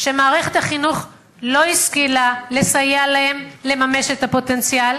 שמערכת החינוך לא השכילה לסייע להם לממש את הפוטנציאל,